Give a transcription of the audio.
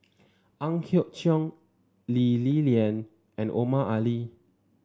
Ang Hiong Chiok Lee Li Lian and Omar Ali